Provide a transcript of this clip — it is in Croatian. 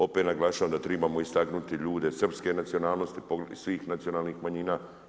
Opet naglašavam da tribamo istaknuti ljude srpske nacionalnosti i svih nacionalnih manjina.